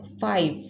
five